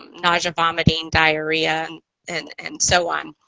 nausea, vomiting, diarrhea and, and and so on.